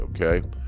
okay